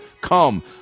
come